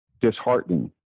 disheartening